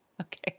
Okay